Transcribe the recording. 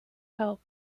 help